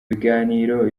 biganiro